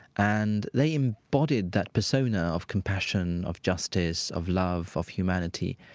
and they embodied that persona of compassion, of justice, of love, of humanity,